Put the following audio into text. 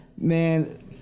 Man